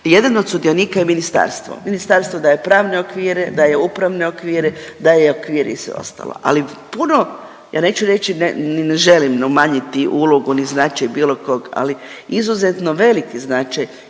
Jedan od sudionika je ministarstvo, ministarstvo daje pravne okvire, daje upravne okvire, daje okvir i sve ostalo, ali puno, ja neću reći ne, ni ne želim umanjiti ulogu, ni značaj bilo kog, al izuzetno veliki značaj